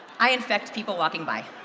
i infect people walking by.